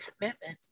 commitment